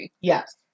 Yes